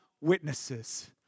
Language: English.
witnesses